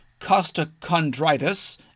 costochondritis